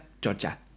Georgia